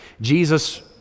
Jesus